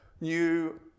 new